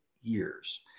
years